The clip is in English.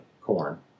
corn